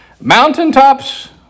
Mountaintops